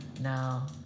Now